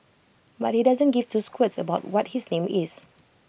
but he doesn't give two squirts about what his name is